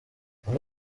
andi